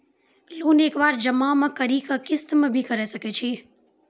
Loan एक बार जमा म करि कि किस्त मे भी करऽ सके छि?